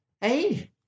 Hey